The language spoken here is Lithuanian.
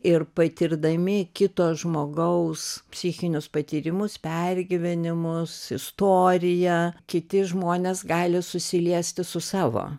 ir patirdami kito žmogaus psichinius patyrimus pergyvenimus istoriją kiti žmonės gali susiliesti su savo